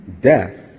death